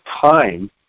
time